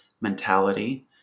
mentality